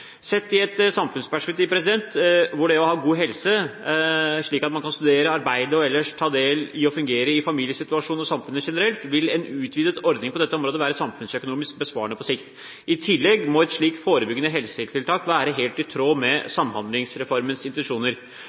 Sett i et samfunnsperspektiv, hvor det å ha god helse er viktig, slik at man kan studere, arbeide og ellers ta del i og fungere i en familiesituasjon og i samfunnet generelt, vil en utvidet ordning på dette området være samfunnsøkonomisk besparende på sikt. I tillegg må et slikt forebyggende helsetiltak være helt i tråd med Samhandlingsreformens intensjoner.